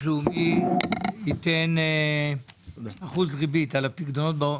לאומי ייתן אחוז ריבית על הפיקדונות.